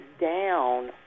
down